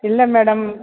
இல்லை மேடம்